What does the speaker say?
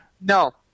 No